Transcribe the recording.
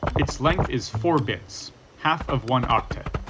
it's length is four bits, half of one octet.